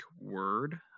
word